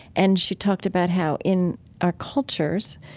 and she talked about how in our cultures,